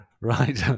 right